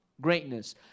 greatness